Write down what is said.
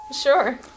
Sure